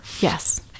Yes